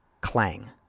clang